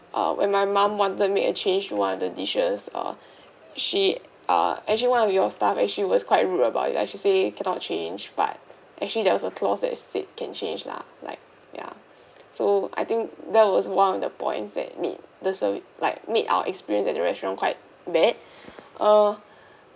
uh when my mum wanted to make a change to one of the dishes uh she uh actually one of your staff actually was quite rude about it like she say cannot change but actually there was a clause that state can change lah like ya so I think that was one of the points that made the service like made our experience at the restaurant quite bad uh